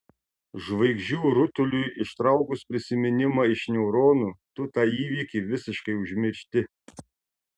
žvaigždžių rutuliui ištraukus prisiminimą iš neuronų tu tą įvykį visiškai užmiršti